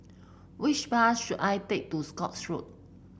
which bus should I take to Scotts Road